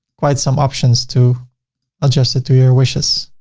quite some options to adjust it to your wishes.